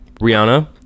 Rihanna